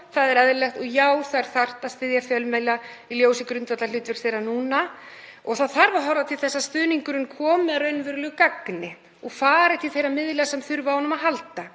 það er eðlilegt, og já, það er þarft að styðja fjölmiðla í ljósi grundvallarhlutverks þeirra núna og það þarf að horfa til þess að stuðningurinn komi að raunverulegu gagni og fari til þeirra miðla sem þurfa á honum að halda,